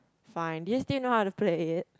fine do you still know how to play it